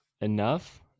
enough